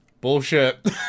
bullshit